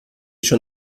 schon